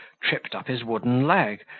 tripped up his wooden leg,